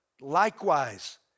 Likewise